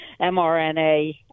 mRNA